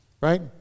Right